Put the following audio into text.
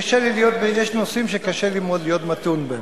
יש נושאים שקשה לי מאוד להיות מתון בהם.